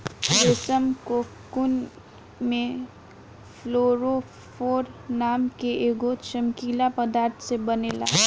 रेशम कोकून में फ्लोरोफोर नाम के एगो चमकीला पदार्थ से बनेला